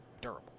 durable